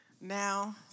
Now